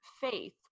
faith